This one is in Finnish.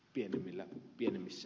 pienemmillä pimennys